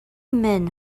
men